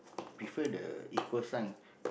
prefer the equal sign